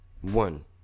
One